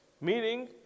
Meaning